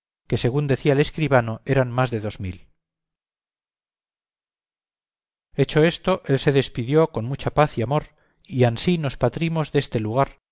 que según decía el escribano eran más de dos mil hecho esto él se despedió con mucha paz y amor y ansí nos patrimos deste lugar